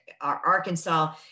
Arkansas